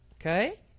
Okay